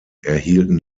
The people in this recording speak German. erhielten